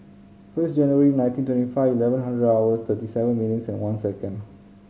first January nineteen twenty five eleven hundred hours thirty seven minutes and one second